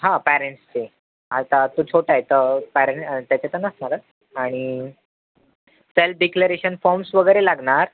हां पॅरेंट्सचे आता तो छोट आहे तर पॅरे त्याचे तर नसणारच आणि सेल्फ डिक्लरेशन फॉर्म्स वगैरे लागणार